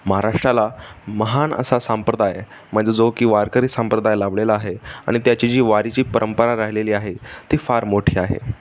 महाराष्ट्राला महान असा संप्रदाय म्हणजे जो की वारकरी सांप्रदाय लाभलेला आहे आणि त्याची जी वारीची परंपरा राहिलेली आहे ती फार मोठी आहे